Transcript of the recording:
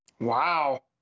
Wow